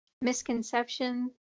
misconception